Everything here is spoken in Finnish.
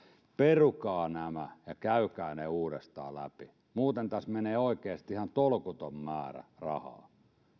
perukaa nämä ja käykää ne uudestaan läpi muuten tässä menee oikeasti ihan tolkuton määrä rahaa